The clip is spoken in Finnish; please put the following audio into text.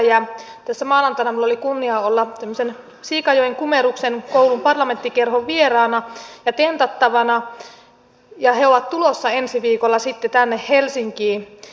tässä maanantaina minulla oli kunnia olla tämmöisen siikajoen gumeruksen koulun parlamenttikerhon vieraana ja tentattavana kun he ovat tulossa ensi viikolla sitten tänne helsinkiin